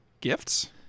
gifts